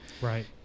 right